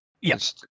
Yes